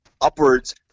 upwards